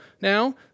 now